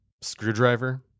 Screwdriver